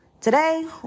today